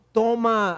toma